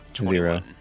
zero